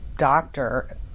Doctor